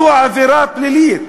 זו עבירה פלילית.